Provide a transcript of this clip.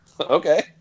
okay